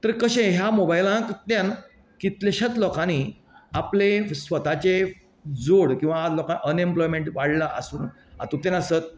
तर कशें ह्या मोबायलांतल्यान कितलेशेंच लोकांनी आपले स्वताचे जोड किंवां अनएप्लॉयड वाडला आसून हातूंतल्यान आसत